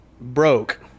broke